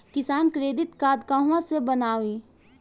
किसान credit card कहवा से बनवाई?